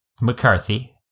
McCarthy